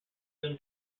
them